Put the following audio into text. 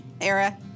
era